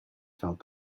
felt